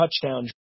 touchdown